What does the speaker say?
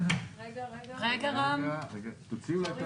על התבליט